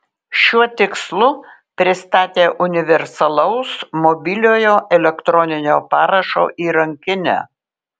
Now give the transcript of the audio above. šiuo tikslu pristatė universalaus mobiliojo elektroninio parašo įrankinę